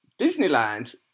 Disneyland